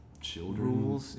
Children